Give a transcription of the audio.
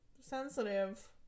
sensitive